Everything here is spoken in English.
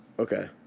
Okay